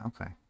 Okay